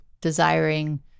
desiring